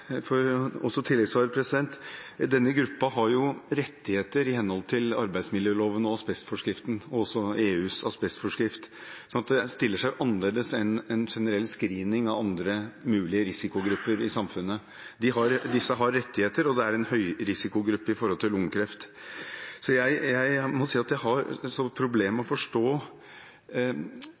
arbeidsmiljøloven og asbestforskriften – og også EUs asbestforskrift. Det stiller seg annerledes enn generell screening av andre mulige risikogrupper i samfunnet. De har rettigheter og er en høyrisikogruppe når det gjelder lungekreft. Når de har rett til undersøkelse med den best tilgjengelige teknologi – statsråden var også inne på det i svaret 25. mai i fjor – har jeg problem med å forstå